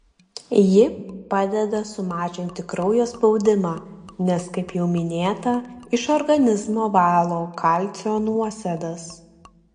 ji padeda sumažinti kraujo spaudimą nes kaip jau minėta iš organizmo valo kalcio nuosėdas